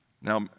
Now